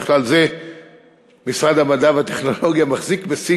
בכלל זה משרד המדע והטכנולוגיה מחזיק בשיא